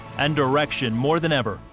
and direction more than ever,